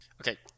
Okay